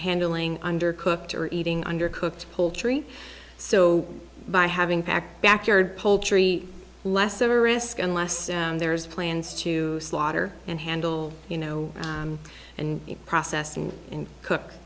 handling undercooked or eating under cooked poultry so by having packed backyard poultry less of a risk unless there's plans to slaughter and handle you know and process and cook